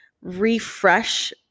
refresh